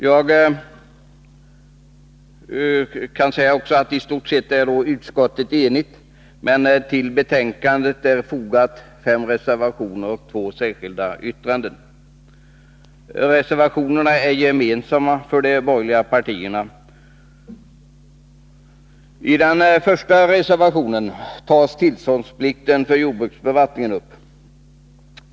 Jag sade att i stort sett är utskottet enigt, men till betänkandet har fogats fem reservationer och två särskilda yttranden. Reservationerna är gemensamma för de borgerliga partierna. I den första reservationen tas tillståndsplikten för jordbruksbevattningen upp.